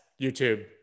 YouTube